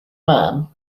man